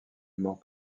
mort